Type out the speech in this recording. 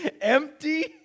Empty